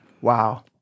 Wow